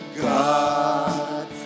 God